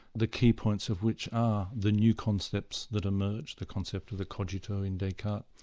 the key points of which are the new concepts that emerge, the concept of the cogito in descartes,